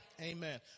Amen